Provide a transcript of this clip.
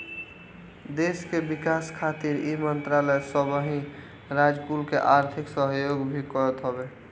देस के विकास खातिर इ मंत्रालय सबही राज कुल के आर्थिक सहयोग भी करत हवे